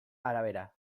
arabera